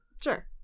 sure